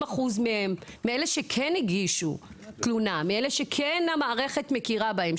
70% מאלה שכן הגישו תלונה ושהמערכת כן מכירה בהם,